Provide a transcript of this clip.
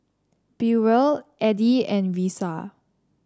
Burrell Eddy and Risa